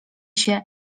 się